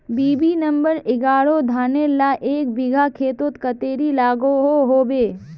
BB number एगारोह धानेर ला एक बिगहा खेतोत कतेरी लागोहो होबे?